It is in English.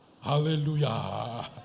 Hallelujah